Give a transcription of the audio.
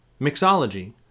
mixology